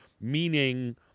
meaning